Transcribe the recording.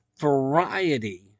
variety